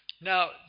Now